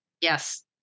Yes